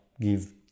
give